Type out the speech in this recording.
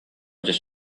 just